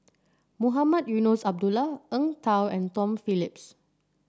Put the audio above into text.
Mohamed Eunos Abdullah Eng Tow and Tom Phillips